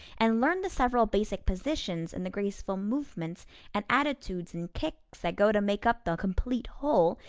and learn the several basic positions and the graceful movements and attitudes and kicks that go to make up the complete whole,